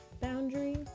boundary